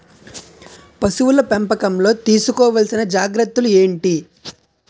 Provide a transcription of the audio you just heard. పశువుల పెంపకంలో తీసుకోవల్సిన జాగ్రత్తలు ఏంటి?